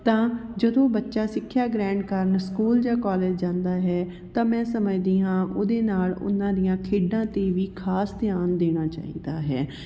ਤਾਂ ਜਦੋਂ ਬੱਚਾ ਸਿੱਖਿਆ ਗ੍ਰਹਿਣ ਕਰਨ ਸਕੂਲ ਜਾਂ ਕੋਲਜ ਜਾਂਦਾ ਹੈ ਤਾਂ ਮੈਂ ਸਮਝਦੀ ਹਾਂ ਉਹਦੇ ਨਾਲ ਉਹਨਾਂ ਦੀਆਂ ਖੇਡਾਂ 'ਤੇ ਵੀ ਖਾਸ ਧਿਆਨ ਦੇਣਾ ਚਾਹੀਦਾ ਹੈ